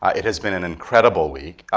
it has been an incredible week.